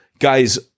Guys